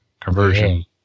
conversion